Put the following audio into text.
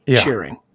cheering